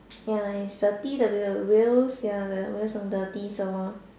ya it's dirty the wheel the wheels are dirty so